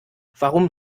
warum